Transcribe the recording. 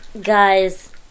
guys